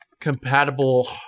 Compatible